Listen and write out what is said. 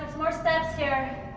more steps here.